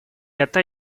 это